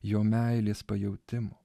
jo meilės pajautimo